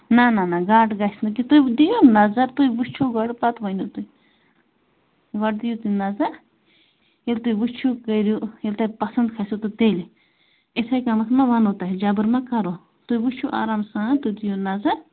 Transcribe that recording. نہَ نہَ نہَ گاٹہٕ گژھِ نہٕ کیٚنٛہہ تُہۍ دِیِو نظر تُہۍ وُچھِو گۄڈٕ پَتہٕ ؤنِو تُہۍ گۄڈٕ دِیِو تُہۍ نظر ییٚلہِ تُہۍ وُچھِو کٔرِو ییٚلہِ تۄہہِ پَسنٛد کھَسِو تہٕ تیٚلہِ یِتھَے کٔنۍ ما وَنو تۄہہِ جبر ما کَرو تُہۍ وچھِو آرام سان تُہۍ دِیِو نظر